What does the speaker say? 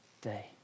day